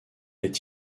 est